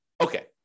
Okay